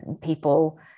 people